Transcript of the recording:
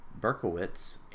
berkowitz